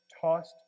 tossed